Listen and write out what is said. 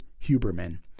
Huberman